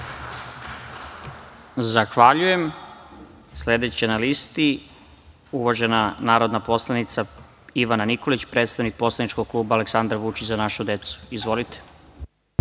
Zahvaljujem. Sledeća na listi je uvažena narodna poslanika Ivana Nikolić, predstavnik poslaničkog kluba "Aleksandar Vučić - Za našu decu". Izvolite.